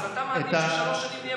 אז אתה מעדיף ששלוש נהיה בלי תקציב?